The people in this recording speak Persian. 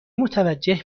متوجه